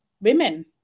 women